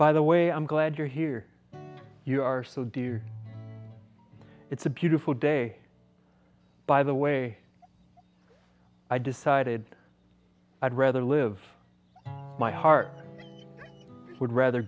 by the way i'm glad you're here you are so dear it's a beautiful day by the way i decided i'd rather live my heart would rather